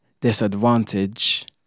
disadvantage